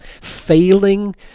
Failing